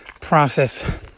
process